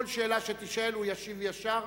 כל שאלה שתישאל, הוא ישיב ישר.